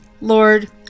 Lord